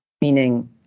meaning